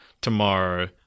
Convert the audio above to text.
tomorrow